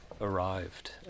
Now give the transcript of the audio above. arrived